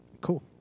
Cool